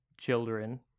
children